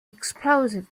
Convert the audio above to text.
explosive